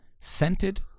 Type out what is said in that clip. Scented